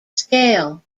scale